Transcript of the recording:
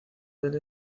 del